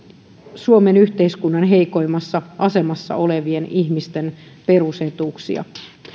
suomen yhteiskunnan heikoimmassa asemassa olevien ihmisten perusetuuksia